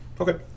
Okay